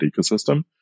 ecosystem